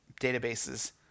databases